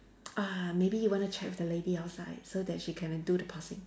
uh maybe you want to check with the lady outside so that she can do the pausing